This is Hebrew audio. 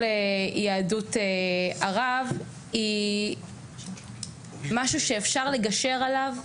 יהדות ערב היא משהו שאפשר לגשר עליו,